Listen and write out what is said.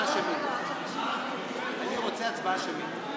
אנחנו רוצים שמית.